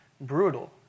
brutal